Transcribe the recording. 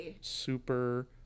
super